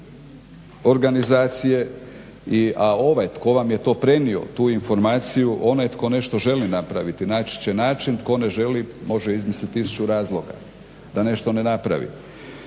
organizacije. A ovaj tko vam je prenio tu informaciju, onaj tko nešto želi napraviti naći će način, tko ne želi može izmislit tisuću razloga da nešto ne napravi.